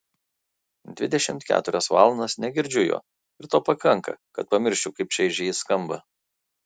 dvidešimt keturias valandas negirdžiu jo ir to pakanka kad pamirščiau kaip čaižiai jis skamba